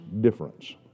Difference